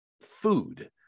food